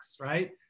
right